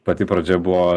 pati pradžia buvo